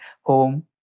home